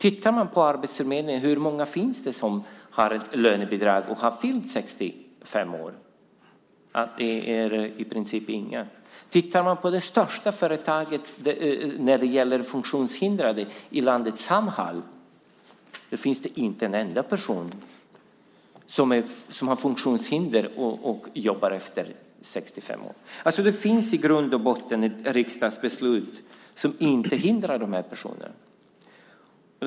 Tittar vi på arbetsförmedlingens uppgifter om hur många som har lönebidrag och har fyllt 65 år ser vi att det i princip inte är någon. På det största företaget när det gäller funktionshindrade i landet, Samhall, finns det inte en enda person med funktionshinder som jobbar efter 65 år. Det finns i grund och botten ett riksdagsbeslut som inte hindrar de här personerna från att jobba längre.